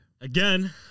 Again